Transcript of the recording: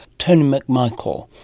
tony mcmichael,